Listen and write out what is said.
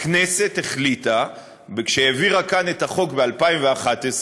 הכנסת החליטה כשהעבירה כאן את החוק ב-2011,